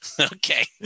Okay